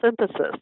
synthesis